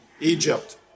Egypt